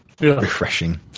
refreshing